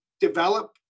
develop